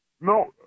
No